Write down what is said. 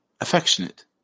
affectionate